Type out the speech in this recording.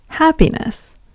Happiness